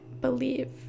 believe